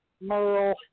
Merle